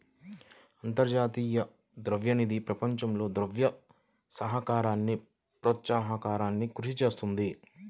అంతర్జాతీయ ద్రవ్య నిధి ప్రపంచంలో ద్రవ్య సహకారాన్ని ప్రోత్సహించడానికి కృషి చేస్తుంది